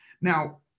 Now